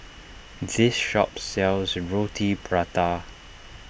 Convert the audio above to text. this shop sells Roti Prata